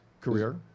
career